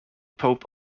pope